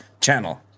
channel